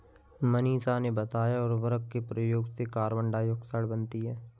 मनीषा ने बताया उर्वरक के प्रयोग से कार्बन डाइऑक्साइड बनती है